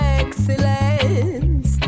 excellence